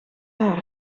haar